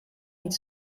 niet